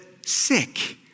sick